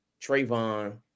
Trayvon